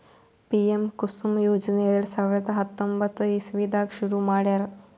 PM Kusum ಯೋಜನೆ ಎರಡ ಸಾವಿರದ್ ಹತ್ತೊಂಬತ್ತ್ ಇಸವಿದಾಗ್ ಶುರು ಮಾಡ್ಯಾರ್